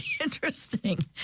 interesting